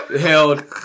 held